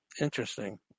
interesting